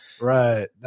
right